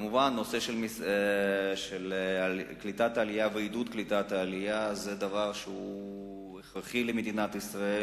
מובן שקליטת העלייה ועידוד קליטת העלייה זה דבר הכרחי למדינת ישראל.